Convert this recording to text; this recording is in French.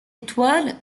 étoile